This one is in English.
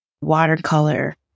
watercolor